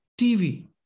TV